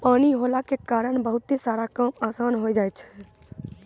पानी होला के कारण बहुते सारा काम आसान होय जाय छै